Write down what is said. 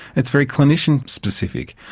it's very clinician specific.